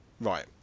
Right